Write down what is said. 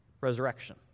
resurrection